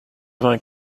vingt